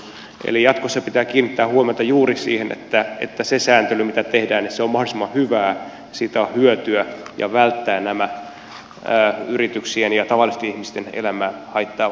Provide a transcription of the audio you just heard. eli jatkossa pitää kiinnittää huomiota juuri siihen että se sääntely mitä tehdään on mahdollisimman hyvää ja siitä on hyötyä ja tulee välttää nämä yrityksien ja tavallisten ihmisten elämää haittaavat sääntelyt